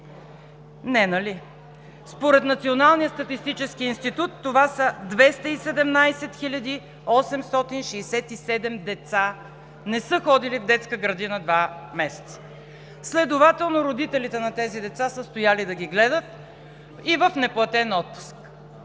Не, нали?! Според Националния статистически институт това са 217 867 деца – не са ходили в детска градина два месеца. Следователно родителите на тези деца са стояли да ги гледат, и в неплатен отпуск.